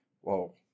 Whoa